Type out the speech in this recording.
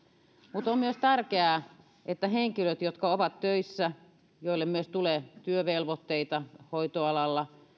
mutta on myös tärkeää että henkilöt jotka ovat töissä ja joille myös tulee työvelvoitteita hoitoalalla